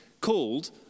called